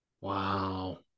Wow